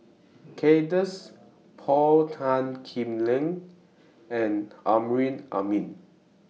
Kay Das Paul Tan Kim Liang and Amrin Amin